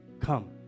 Come